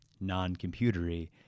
non-computery